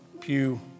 pew